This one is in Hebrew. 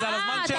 זה על הזמן שלנו.